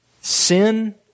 Sin